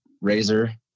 Razor